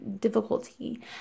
difficulty